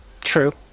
True